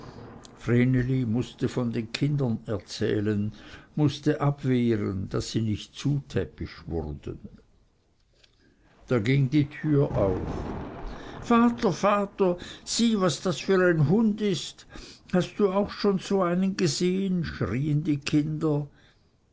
mußte von den kindern erzählen mußte abwehren daß sie nicht zutäppisch wurden da ging die türe auf vater vater sieh was das für ein hund ist hast du auch schon so einen gesehen schrien die kinder